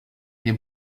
les